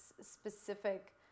specific